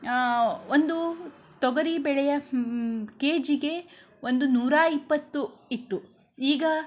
ಒಂದು ತೊಗರಿ ಬೇಳೆಯ ಕೆ ಜಿಗೆ ಒಂದು ನೂರಾ ಇಪ್ಪತ್ತು ಇತ್ತು ಈಗ